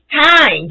time